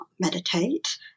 meditate